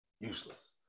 Useless